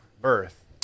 birth